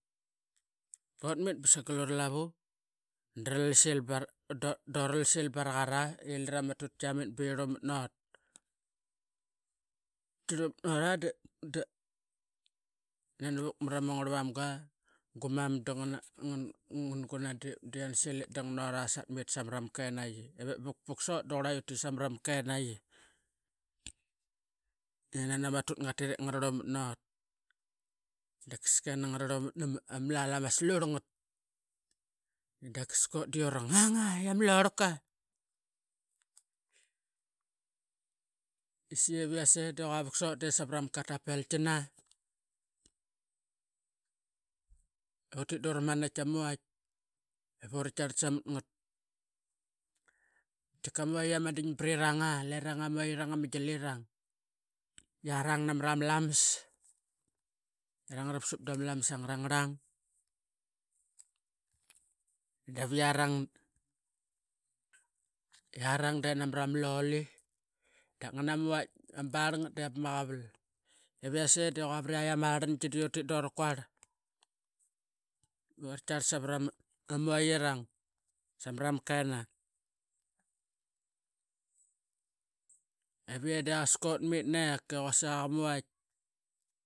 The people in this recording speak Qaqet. Utmit ba sangal ura lavu duralsil baraqara ilira ama tutki yir umat nut, yi rlumat naut da utdananavuk mara mangarl manga guanam a vat da gumam qan gunan de iansil, ip dang nora satmit samaram kenaii. Evep ba vukpuk sot da qurlutit samatama kenaii i nana rua tut ngatit ip ngarlumat naut. Darkasake ngarlumat nama lal ama skurlngat daviut de uranga i ama horlka. Sai iviase da qua vukpuk sot de savarama kat katapeltina iv utit duramali rama uvait ip ura tarlat samat ngat. Qatika muait i ama dingbrirang ama gialirang i arang namarama lamas erang ngarasup dama ngarlang. Daviarang i arang de namarama loli qana ngana ma wait ama barlngat, de ngat pama qaval, eriase de qua variait ama rlangi de qua utit dura kuarl bura tiarlat samatngat samarama mung marama kenaii. Evie de qaitas utmit nik i quasik aqa ma vait.